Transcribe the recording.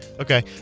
Okay